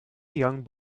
young